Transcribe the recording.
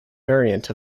variant